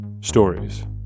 Stories